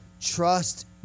Trust